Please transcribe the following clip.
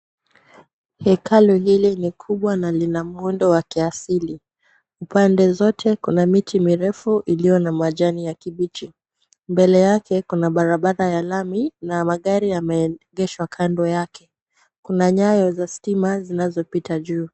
Hekalu hili ni kubwa na lina muundo wa kiasili. Upande zote kuna miti mirefu iliyo na majani ya kibichi. Mbele yake kuna barabara ya lami na magari yameegeshwa kando yake. Kuna nyaya za stima zinazopita juu.